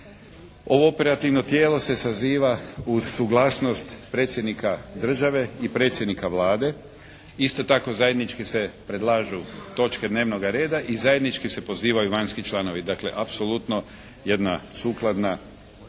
Ovo operativno tijelo se saziva uz suglasnost predsjednika države i predsjednika Vlade. Isto tako zajednički se predlažu točke dnevnoga reda i zajednički se pozivaju vanjski članovi. Dakle apsolutno jedna sukladna